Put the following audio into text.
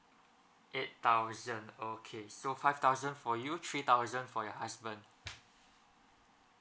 eight thousand okay so five thousand for you three thousand for your husband